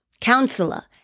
Counselor